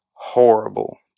horrible